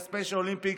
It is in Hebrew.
ל-Special Olympic,